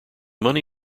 money